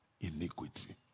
iniquity